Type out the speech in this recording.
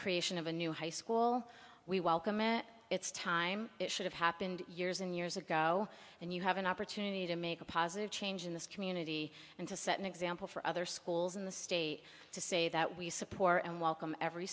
creation of a new high school we welcome and it's time it should have happened years and years ago and you have an opportunity to make a positive change in this community and to set an example for other schools in the state to say that we support and welcome every